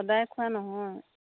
সদায় খোৱা নহয়